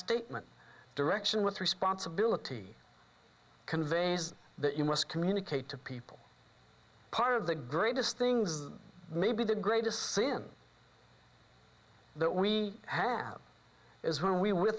statement direction with responsibility conveys that you must communicate to people part of the greatest things maybe the greatest sin that we have is when we w